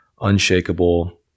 unshakable